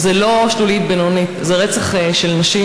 וזה לא שלולית בינונית, זה רצח של נשים.